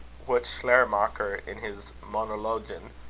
what schleiermacher, in his monologen,